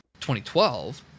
2012